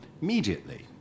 immediately